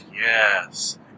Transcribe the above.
yes